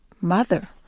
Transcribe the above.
mother